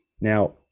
now